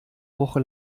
woche